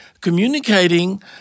communicating